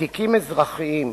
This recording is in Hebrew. בתיקים אזרחיים,